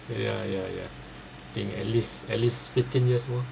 ya ya ya think at least at least fifteen years old